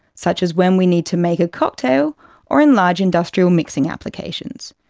such as when we need to make a cocktail or in large industrial mixing applications.